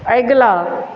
अगिला